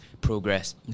progress